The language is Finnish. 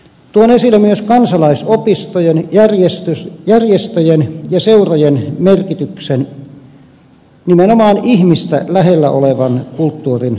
tuon esille myös kansalaisopistojen järjestöjen ja seurojen merkityksen nimenomaan ihmistä lähellä olevan kulttuurin kanssa